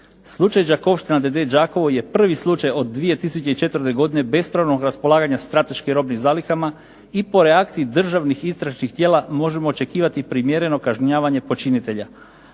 Slučaj Đakovština d.d. Đakovo je prvi slučaj od 2004. godine bespravnog raspolaganja strateškim robnim zalihama i po reakciji državnih istražnih tijela možemo očekivati primjereno kažnjavanje počinitelja